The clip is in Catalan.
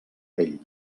pell